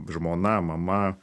žmona mama